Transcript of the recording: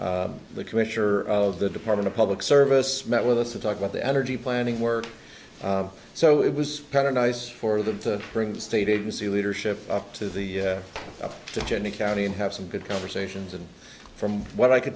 the commissioner of the department of public service met with us to talk about the energy planning work so it was kind of nice for the bring the state agency leadership up to the judge and the county and have some good conversations and from what i c